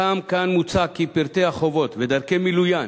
גם כאן מוצע כי פרטי החובות ודרכי מילוין